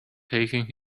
taking